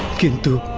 kid to